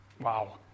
Wow